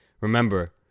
Remember